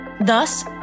Thus